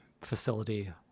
facility